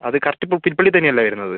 അത് കറക്ട് പുൽപ്പള്ളിയിൽ തന്നെ അല്ലേ വരുന്നത്